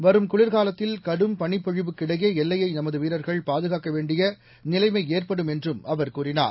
வரும் குளிர்காலத்தில் கடும் பனிப்பொழிவுக்கிடையே எல்லையை நமது வீரர்கள் பாதுகாக்க வேண்டிய நிலைமை ஏற்படும் என்றும் அவர் கூறினார்